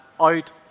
out